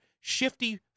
shifty